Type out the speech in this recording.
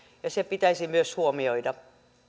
ja se pitäisi myös huomioida